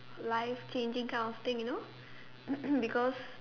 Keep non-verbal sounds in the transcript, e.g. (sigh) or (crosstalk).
life changing kind of thing you know (coughs) because